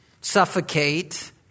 suffocate